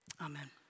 Amen